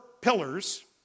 pillars